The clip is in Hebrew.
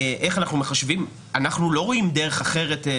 אנחנו לא רואים דרך אחרת.